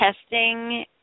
Testing